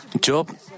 Job